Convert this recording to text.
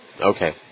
Okay